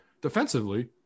Defensively